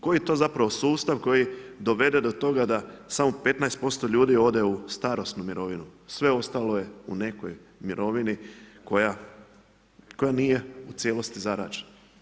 Koji to zapravo sustav koji dovede do toga da samo 15% ljudi ode u starosnu mirovinu, sve ostalo je u nekoj mirovini koja nije u cijelosti zarađena.